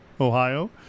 Ohio